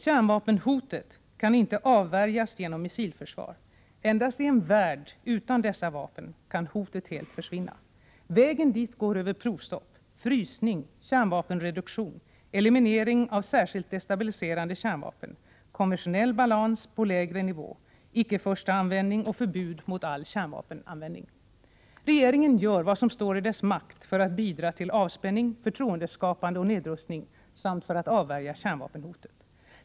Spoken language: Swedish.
Kärnvapenhotet kan inte avvärjas genom missilförsvar. Endast i en värld utan dessa vapen kan hotet helt försvinna. Vägen dit går över provstopp, frysning, kärnvapenreduktioner, eliminering av särskilt destabiliserande kärnvapen, konventionell balans på lägre nivå, icke-förstaanvändning och förbud mot all kärnvapenanvändning. Regeringen gör vad som står i dess makt för att bidra till avspänning, förtroendeskapande och nedrustning samt för att avvärja kärnvapenhotet.